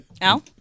al